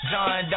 John